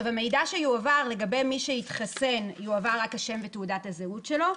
המידע שיועבר לגבי מי שהתחסן יועבר רק השם ותעודת הזהות שלו.